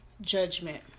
judgment